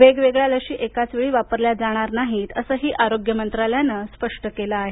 वेगवेगळ्या लशी एकाचवेळी वापरल्या जाणार नाहीत असंही आरोग्य मंत्रालयानं स्पष्ट केलं आहे